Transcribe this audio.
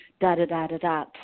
da-da-da-da-da